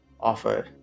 offer